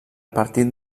partit